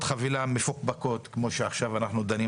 חבילה מפוקפקות כמו שעכשיו אנחנו דנים,